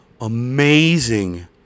amazing